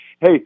Hey